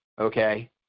okay